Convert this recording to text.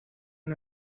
una